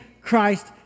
Christ